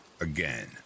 again